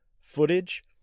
footage